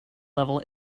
level